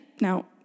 Now